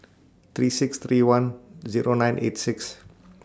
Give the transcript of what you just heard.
three six three one Zero nine eight six